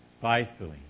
Faithfully